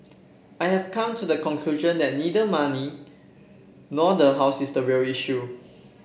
I have come to the conclusion that neither money nor the house is the real issue